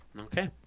Okay